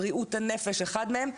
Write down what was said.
בריאות הנפש אחד מהם,